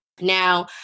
Now